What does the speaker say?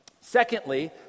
Secondly